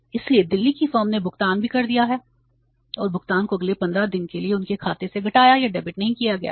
इसलिए दिल्ली की फर्म ने भुगतान भी कर दिया है और भुगतान को अगले 15 दिनों के लिए उनके खाते से घटाया या डेबिट नहीं किया गया है